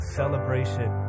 celebration